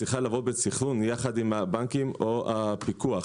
צריכה לבוא בסנכרון יחד עם הבנקים או הפיקוח